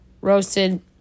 roasted